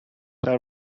are